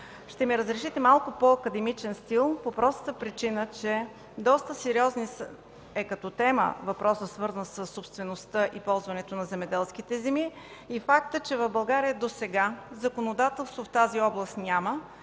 Ще ми разрешите малко по-академичен стил по простата причина, че доста сериозна е като тема въпросът, свързан със собствеността и ползването на земеделските земи. Факт е, че в България досега законодателство в тази област няма.